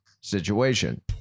Situation